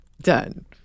Done